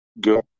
good